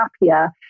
happier